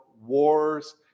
wars